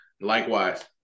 Likewise